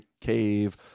cave